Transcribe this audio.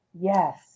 Yes